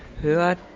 hört